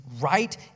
right